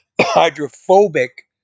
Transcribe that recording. hydrophobic